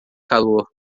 calor